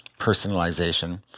personalization